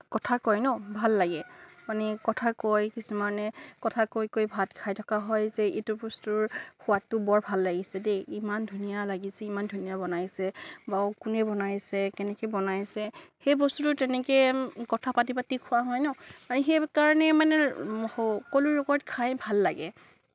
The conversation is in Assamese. কথা কয় ন ভাল লাগে মানে কথা কয় কিছুমানে কথা কৈ কৈ ভাত খায় থকা হয় যে এইটো বস্তুৰ সোৱাদটো বৰ ভাল লাগিছে দেই ইমান ধুনীয়া লাগিছে ইমান ধুনীয়া বনাইছে ৱাও কোনে বনাইছে কেনেকে বনাইছে সেই বস্তুটো তেনেকে কথা পাতি পাতি খোৱা হয় ন মানে সেই কাৰণেই মানে সকলোৰে লগত খাই ভাল লাগে